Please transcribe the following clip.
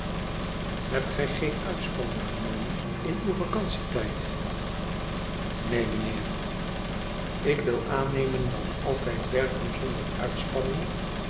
hebt gij geen uitspanning genomen in uw vacantietijd neen mijnheer tik wil aannemen dat altijd werken zonder uitspanning